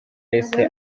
yahise